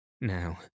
Now